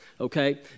okay